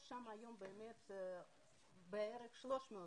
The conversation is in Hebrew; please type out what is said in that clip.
יש שם היום בערך 300 איש,